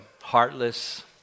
heartless